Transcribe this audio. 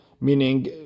Meaning